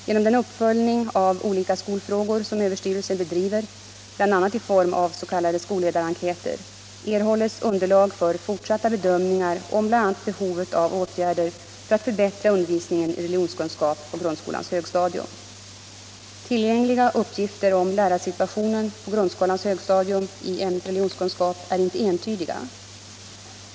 Genom den uppföljning av olika skolfrågor som överstyrelsen bedriver, bl.a. i form av s.k. skolledarenkäter, erhålles underlag för fortsatta bedömningar av bl.a. behovet av åtgärder för att förbättra undervisningen i religionskunskap på grundskolans högstadium. Tillgängliga uppgifter om lärarsituationen på grundskolans högstadium i ämnet religionskunskap är inte entydiga.